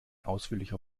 ausführlicher